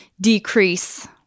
decrease